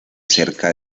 cerca